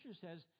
says